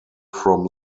from